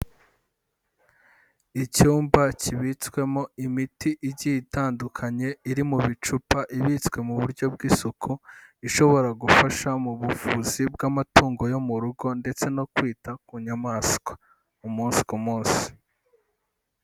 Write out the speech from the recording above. Icyumba kibitswemo imiti igiye itandukanye iri mu bicupa ibitswe mu buryo bw'isuku, ishobora gufasha mu buvuzi bw'amatungo yo mu rugo ndetse no kwita ku nyamaswa umunsi ku munsi.